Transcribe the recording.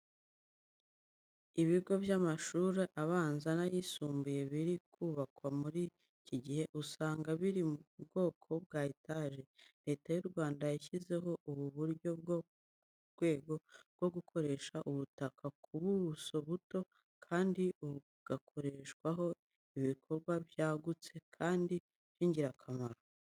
Ibigo by'amashuri abanza n'ayisumbuye biri kubakwa muri iki gihe, usanga biri mu bwoko bwa etaje. Leta y'u Rwanda yashyizeho ubu buryo mu rwego rwo gukoresha ubutaka ku buso buto, kandi bugakorerwaho ibikorwa byagutse kandi by'ingirakamaro.